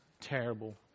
terrible